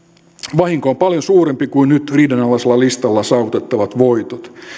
vahinko on paljon suurempi kuin nyt riidanalaisella listalla saavutettavat voitot